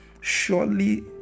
surely